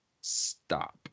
stop